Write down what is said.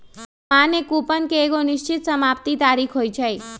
सामान्य कूपन के एगो निश्चित समाप्ति तारिख होइ छइ